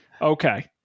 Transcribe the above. okay